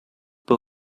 but